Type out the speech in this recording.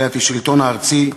אלא את השלטון הארצי,